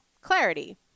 Clarity